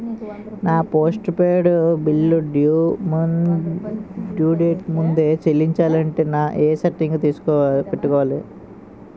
నా postpaid bill due date ముందే చెల్లించాలంటే ఎ సెట్టింగ్స్ పెట్టుకోవాలి?